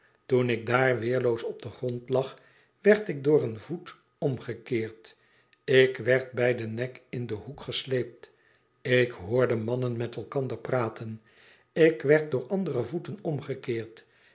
toen ik daar weerloos op den grond lag werd ik door een voet omgekeerd ik werd bi den nek in den hoek gesleept ik hoorde mannen met elkander praten ik werd door andere voeten omgekeerd